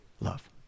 Love